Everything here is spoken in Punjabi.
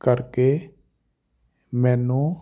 ਕਰਕੇ ਮੈਨੂੰ